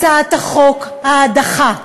הצעת חוק ההדחה,